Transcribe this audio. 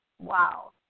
Wow